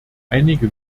einige